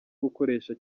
gukoresha